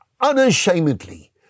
unashamedly